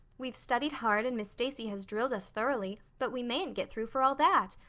we've studied hard and miss stacy has drilled us thoroughly, but we mayn't get through for all that.